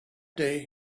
day